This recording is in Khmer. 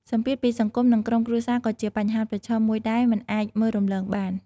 សម្ពាធពីសង្គមនិងក្រុមគ្រួសារក៏ជាបញ្ហាប្រឈមមួយដែលមិនអាចមើលរំលងបាន។